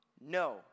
No